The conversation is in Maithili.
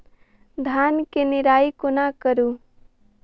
धान केँ निराई कोना करु?